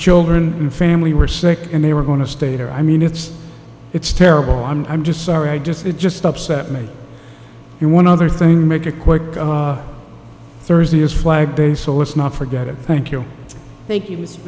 children and family were second they were going to stay there i mean it's it's terrible i'm just sorry i just it just upset me and one other thing to make a quick thursday is fly baby so let's not forget it thank you thank you